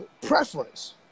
preference